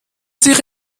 sich